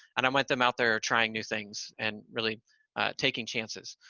and i want them out there trying new things and really taking chances.